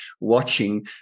watching